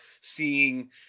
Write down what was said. seeing